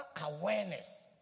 awareness